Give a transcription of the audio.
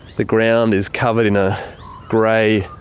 the ground is covered in a grey